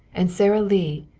and sara lee,